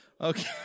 Okay